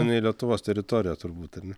nei lietuvos teritorija turbūt ar ne